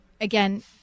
again